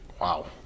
Wow